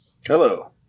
Hello